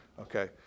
Okay